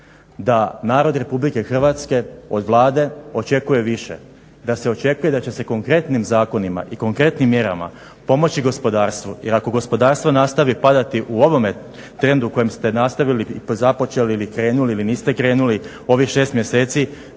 da narod RH od Vlade očekuje više, da se očekuje da će se konkretnim zakonima i konkretnim mjerama pomoći gospodarstvu jer ako gospodarstvo nastavi padati u ovome trendu u kojem ste nastavili, započeli ili krenuli ili niste krenuli ovih 6 mjeseci